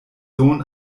sohn